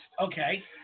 Okay